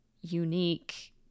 unique